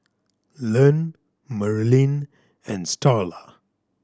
Len Merlene and Starla